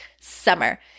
summer